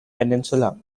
peninsula